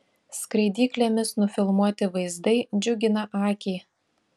skraidyklėmis nufilmuoti vaizdai džiugina akį